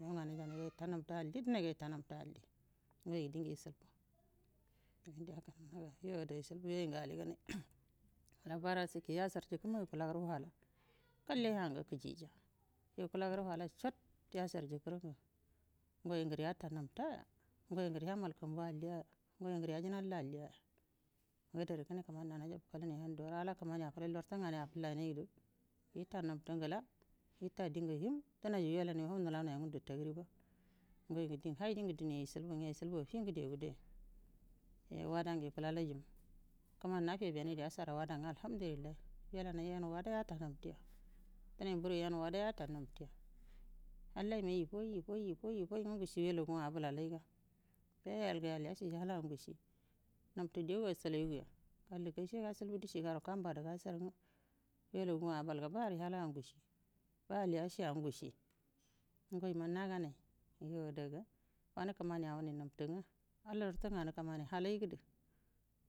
Migau nganai jamaigo ita nabtu alli dənaigo ita nabtə alli ngoi dingə ishilbu yo ada ishilbu yoyu ngu aliganai yasarjikə marə yukulagu wahala ngalle hiyangu kəjija yukula gərə wahala chotə yashar jika ruugu ngai nguru yatanabaya ngai ngərə yamal lumbu alligoya ngai ngəra yajinallu alliya ngo adare kəne kəmani nau hajafalunat a handu ala kalmani akəte lartu nganao afullainai du ita nabtu ngala ita dingu a ngundu targiba ngai ngə diu hai dingə ine ishilbu nga ishilbu affingəde gudaya ai wada ngə yukulalai jimu kəmani nafebenai du yashara wada nga alhamdu lillahi dənai mburu yanə wada yata nabtuya halla ningau igoi ifoi i oif nga ngushi wailaguwa abalalaiba biya yalga yal yashi yalaa ngushi nabtu dego ashalaiguya galdu gashe gashilbu dishi garu kambadu gasharə nga wailaguwa abalga ba yal yala’a ngushi yal yashiya ngushi ngaima nganai adaga wanə kəmani awunai nabtu nga lartu nganai kəmani halaidu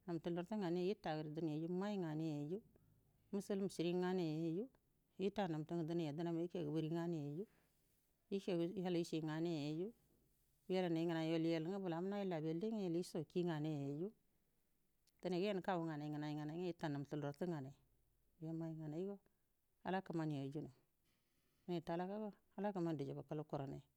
nabtu lartu ngane itadu dinaiju unai nganaiju muslim shirri nganaiju ita nabtu ngə dinai yadəna ifingu buri ngabaniyu ishagu hili shair nganai yeyiju wailanai ngənai yol iyel nga blama nayi labiyallai nga yoll isho ki nganai yeyi ju dənai yaunə kagu nganai ngənai ngonai nga ita nabtu lartu nganau yo mai nganaigo ala kəm ani ajunu dənai talaka go ala kalmani dujabakalu kuranai.